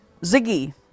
Ziggy